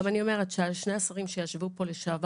גם שני השרים לשעבר שיושבים כאן,